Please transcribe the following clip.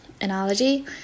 analogy